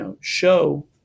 show